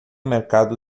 mercado